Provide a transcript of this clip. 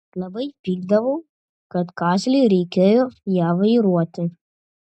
labai pykdavau kad kazlui reikėjo ją vairuoti